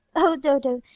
oh, dodo!